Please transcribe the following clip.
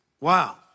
Wow